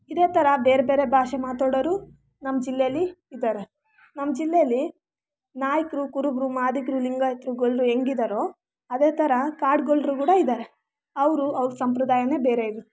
ಇದೇ ಥರ ಬೇರೆ ಬೇರೆ ಭಾಷೆ ಮಾತಾಡೋರು ನಮ್ಮ ಜಿಲ್ಲೆಯಲ್ಲಿ ಇದ್ದಾರೆ ನಮ್ಮ ಜಿಲ್ಲೆಯಲ್ಲಿ ನಾಯಕರು ಕುರುಬರು ಮಾದಿಗರು ಲಿಂಗಾಯಿತರು ಗೊಲ್ಲರು ಹೇಗಿದ್ದಾರೋ ಅದೇ ಥರ ಕಾಡು ಗೊಲ್ಲರು ಕೂಡ ಇದ್ದಾರೆ ಅವರು ಅವರ ಸಂಪ್ರದಾಯನೇ ಬೇರೆ ಇರತ್ತೆ